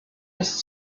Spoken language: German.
ist